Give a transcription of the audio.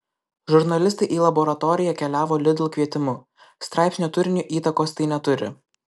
žurnalistai į laboratoriją keliavo lidl kvietimu straipsnio turiniui įtakos tai neturi